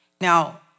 Now